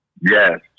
Yes